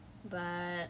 ya it's quite late